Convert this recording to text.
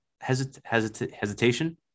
hesitation